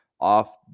off